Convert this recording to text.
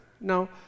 Now